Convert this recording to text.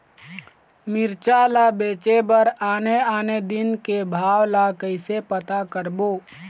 मिरचा ला बेचे बर आने आने दिन के भाव ला कइसे पता करबो?